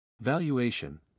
Valuation